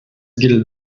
gilt